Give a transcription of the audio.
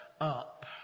up